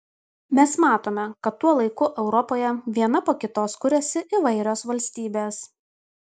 mes matome kad tuo laiku europoje viena po kitos kuriasi įvairios valstybės